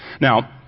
Now